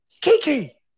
Kiki